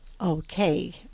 Okay